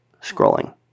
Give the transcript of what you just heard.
scrolling